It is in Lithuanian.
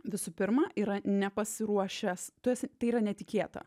visų pirma yra nepasiruošęstu esi tai yra netikėta